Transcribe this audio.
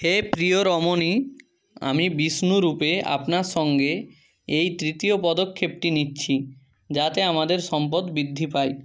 হে প্রিয় রমণী আমি বিষ্ণু রূপে আপনার সঙ্গে এই তৃতীয় পদক্ষেপটি নিচ্ছি যাতে আমাদের সম্পদ বৃদ্ধি পায়